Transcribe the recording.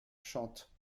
chante